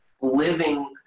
living